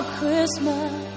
Christmas